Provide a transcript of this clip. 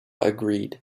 agreed